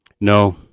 No